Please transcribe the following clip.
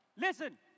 Listen